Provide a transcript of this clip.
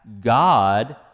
God